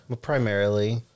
Primarily